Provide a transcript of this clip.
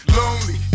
lonely